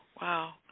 wow